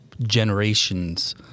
generations